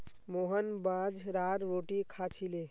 मोहन बाजरार रोटी खा छिले